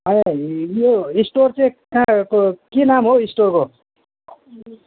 अनि यो स्टोर चाहिँ कहाँको के नाम हो स्टोरको